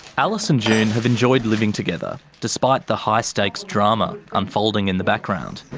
alice and june have enjoyed living together, despite the high stakes drama unfolding in the background.